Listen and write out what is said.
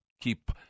keep